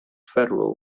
federal